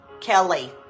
Kelly